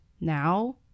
Now